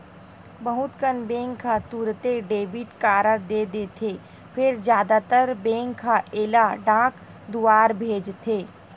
बहुत कन बेंक ह तुरते डेबिट कारड दे देथे फेर जादातर बेंक ह एला डाक दुवार भेजथे